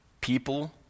People